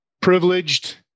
privileged